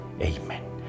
Amen